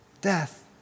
death